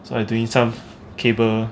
so I doing some cable